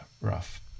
rough